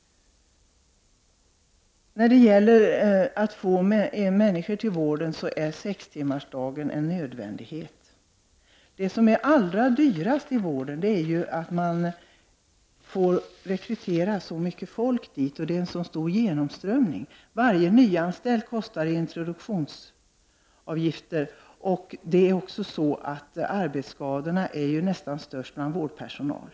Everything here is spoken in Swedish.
För att få människor till vården är sex timmars arbetsdag en nödvändighet. Det allra dyraste i vården är ju den omfattande rekryteringen på grund av den stora genomströmningen. Varje nyanställd kostar i introduktionsavgifter, och arbetsskadorna är nästan störst bland vårdpersonalen.